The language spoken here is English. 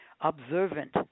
observant